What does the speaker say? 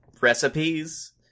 recipes